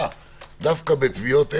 - דווקא בטביעות אצבע,